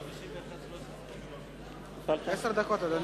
יש לך עשר דקות, אדוני.